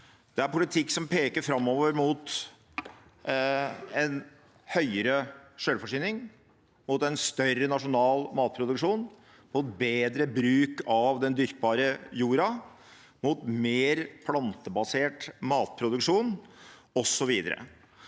Det er politikk som peker framover mot mer selvforsyning, mot større nasjonal matproduksjon og bedre bruk av den dyrkbare jorda, mot mer plantebasert matproduksjon, osv.